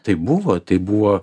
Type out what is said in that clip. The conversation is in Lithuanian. tai buvo tai buvo